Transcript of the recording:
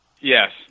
Yes